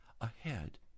ahead